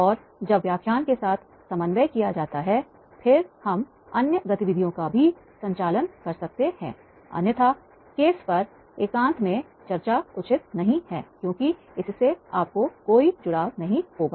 और जब व्याख्यान के साथ समन्वय किया जाता है फिर हम अन्य गतिविधियों का भी संचालन कर सकते हैं अन्यथा केस पर एकांत में चर्चा उचित नहीं है क्योंकि इससे आपको कोई जुड़ाव नहीं होगा